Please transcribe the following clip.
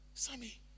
Sammy